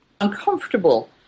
Uncomfortable